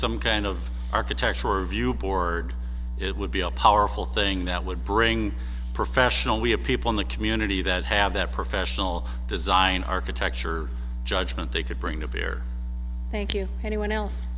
some kind of architectural review board it would be a powerful thing that would bring professional we have people in the community that have that professional design architecture judgment they could bring to bear thank you anyone else